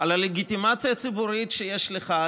על הלגיטימציה הציבורית שיש לך,